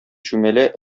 чүмәлә